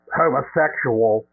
homosexual